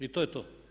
I to je to.